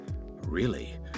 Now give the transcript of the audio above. Really